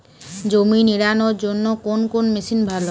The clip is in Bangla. জমি নিড়ানোর জন্য কোন মেশিন ভালো?